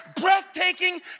breathtaking